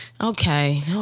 Okay